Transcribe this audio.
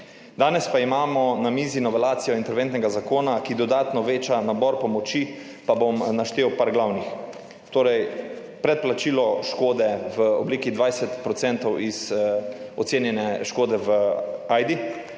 Danes pa imamo na mizi novelacijo interventnega zakona, ki dodatno veča nabor pomoči, pa bom naštel par glavnih. Torej, predplačilo škode v obliki 20 % iz ocenjene škode v